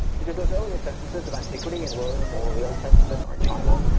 because those earlier censuses of antiquity in rome um or the old testament or in china,